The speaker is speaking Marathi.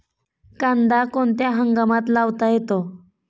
कांदा कोणत्या हंगामात लावता येतो?